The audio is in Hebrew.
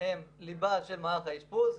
הן ליבו של מערך האשפוז.